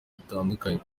butandukanye